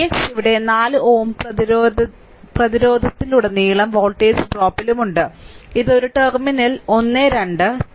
Vx ഇവിടെ 4 Ω പ്രതിരോധത്തിലുടനീളം voltage ഡ്രോപ്പിലുണ്ട് ഇത് ഒരു ടെർമിനൽ 1 2